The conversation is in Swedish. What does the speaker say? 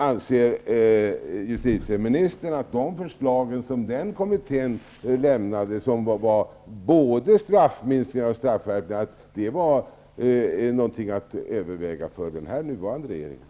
Anser justitieministern att de förslag som den kommittén lämnade, vilka gällde både straffminskning och straffvärdena, är någonting att överväga för den nuvarande regeringen?